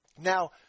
Now